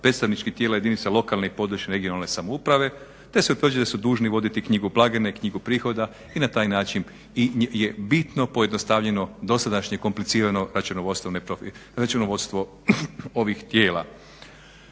predstavničkih tijela jedinica lokalne i područne (regionalne) samouprave te se utvrđuje da su dužni voditi knjigu blagajne i knjigu prihoda i na taj način je bitno pojednostavljeno dosadašnje komplicirano računovodstvo ovih tijela.